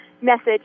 message